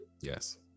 Yes